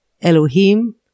Elohim